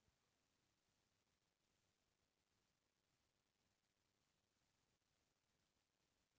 हमर राज अउ देस म सबले जादा गोंदा फूल के फसल सबले जादा होथे